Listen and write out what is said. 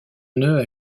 nœud